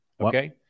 Okay